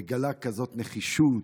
מגלה כזאת נחישות,